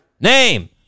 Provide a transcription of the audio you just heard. Name